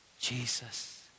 Jesus